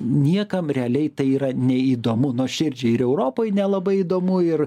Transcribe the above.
niekam realiai tai yra neįdomu nuoširdžiai ir europoj nelabai įdomu ir